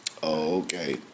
Okay